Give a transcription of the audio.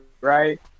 right